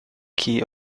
key